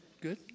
good